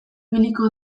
ibiliko